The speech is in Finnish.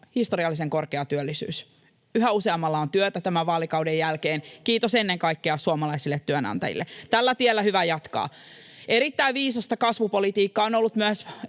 historiallisen korkea työllisyys. Yhä useammalla on työtä tämän vaalikauden jälkeen — kiitos ennen kaikkea suomalaisille työnantajille. Tällä tiellä hyvä jatkaa. Erittäin viisasta kasvupolitiikkaa on ollut myös